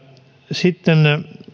sitten